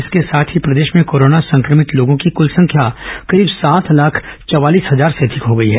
इसके साथ ही प्रदेश में कोरोना संक्रमित लोगों की कृल संख्या करीब सात लाख चवालीस हजार से अधिक हो गई है